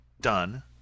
done